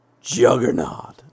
Juggernaut